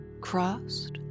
crossed